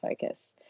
focus